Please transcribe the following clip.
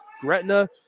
Gretna